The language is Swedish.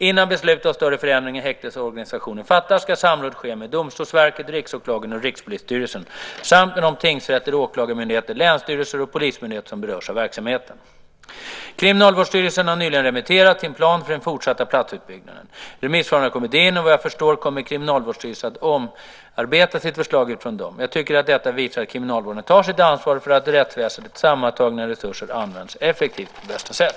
Innan beslut om större förändringar i häktesorganisationen fattas ska samråd ske med Domstolsverket, Riksåklagaren och Rikspolisstyrelsen samt med de tingsrätter, åklagarmyndigheter, länsstyrelser och polismyndigheter som berörs av verksamheten. Kriminalvårdsstyrelsen har nyligen remitterat sin plan för den fortsatta platsutbyggnaden. Remissvaren har kommit in, och vad jag förstår kommer Kriminalvårdsstyrelsen att omarbeta sitt förslag utifrån dem. Jag tycker att detta visar att kriminalvården tar sitt ansvar för att rättsväsendets sammantagna resurser används effektivt på bästa sätt.